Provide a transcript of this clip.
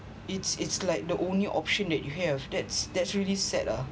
it's it's like the only option that you have that's that's really sad lah